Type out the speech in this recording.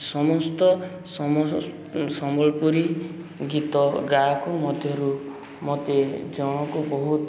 ସମସ୍ତ ସମ୍ବଲପୁରୀ ଗୀତ ଗାଇବାକୁ ମଧ୍ୟରୁ ମୋତେ ଜଣକୁ ବହୁତ